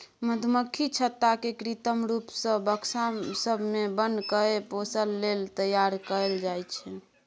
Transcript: मधुमक्खी छत्ता केँ कृत्रिम रुप सँ बक्सा सब मे बन्न कए पोसय लेल तैयार कयल जाइ छै